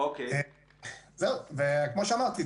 כמו שאמרתי,